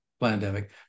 pandemic